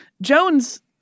Jones